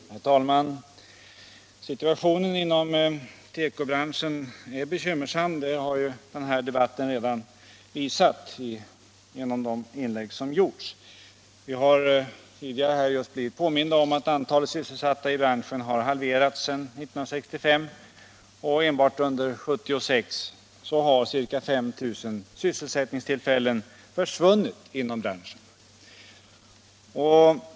industrierna Herr talman! Situationen inom tekobranschen är bekymmersam. Det har den här debatten redan visat genom de inlägg som gjorts. Vi har just blivit påminda om att antalet sysselsatta i branschen halverats sedan 1965, och enbart under 1976 har ca 5 000 sysselsättningstillfällen försvunnit inom branschen.